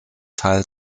teil